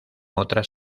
otras